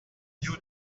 new